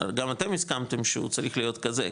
גם אתם הסכמתם שהוא צריך להיות כזה,